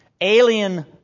alien